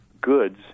goods